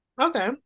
Okay